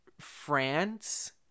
France